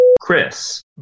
Chris